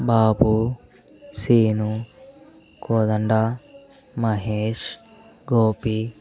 Babu Seenu Kodanda Mahesh Gopi